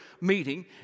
meeting